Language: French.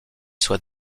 soit